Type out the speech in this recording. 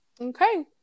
okay